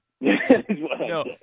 No